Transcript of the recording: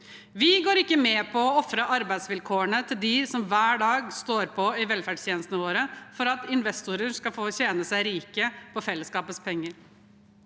Vi går ikke med på å ofre arbeidsvilkårene til dem som hver dag står på i velferdstjenestene våre, for at investorer skal få tjene seg rike på fellesskapets penger.